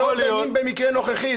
אנחנו לא דנים במקרה נוכחי.